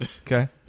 Okay